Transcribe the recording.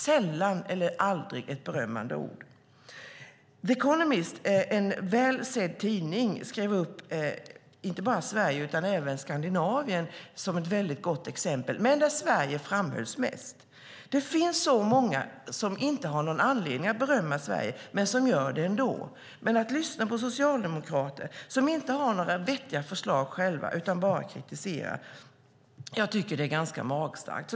Sällan eller aldrig ett berömmande ord. The Economist, en väl sedd tidning, skrev upp inte bara Sverige utan även Skandinavien som ett väldigt gott exempel. Sverige framhölls dock mest. Det finns så många som inte har någon anledning att berömma Sverige som gör det ändå. Men att lyssna på socialdemokrater som inte har några vettiga förslag själva utan bara kritiserar blir ganska magstarkt.